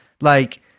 Like-